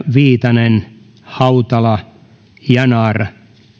viitanen hautala yanar